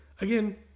Again